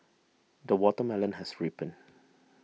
the watermelon has ripened